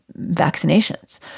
vaccinations